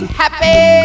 happy